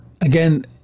again